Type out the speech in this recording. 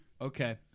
Okay